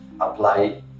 apply